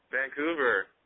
Vancouver